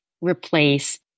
replace